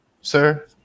sir